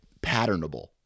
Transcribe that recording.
patternable